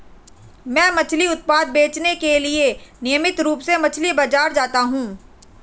मैं मछली उत्पाद बेचने के लिए नियमित रूप से मछली बाजार जाता हूं